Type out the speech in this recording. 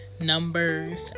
numbers